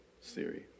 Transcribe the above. Siri